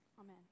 Amen